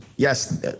Yes